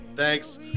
Thanks